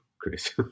Chris